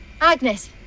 Agnes